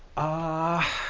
ah,